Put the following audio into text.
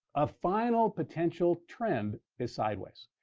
a final potential trend is sideways.